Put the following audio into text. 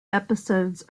episodes